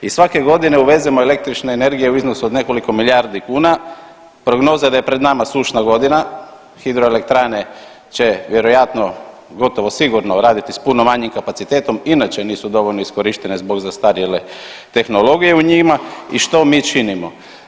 I svake godine uvezemo električne energije u iznosu od nekoliko milijardi kuna, prognoza da je pred nama sušna godina, hidroelektrane će vjerojatno gotovo sigurno raditi s puno manjim kapacitetom, inače nisu dovoljno iskorištene zbog zastarjele tehnologije u njima i što mi činimo?